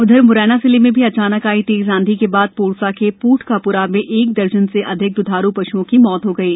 उधर मुरैना जिले में भी अचानक आई तेज आंधी के बाद पोरसा के पूठ का पूरा में एक दर्जन से अधिक द्वधारू पशुओं की मौत हो गयी